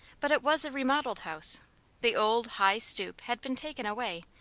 but it was a remodelled house the old, high stoop had been taken away,